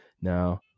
Now